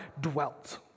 dwelt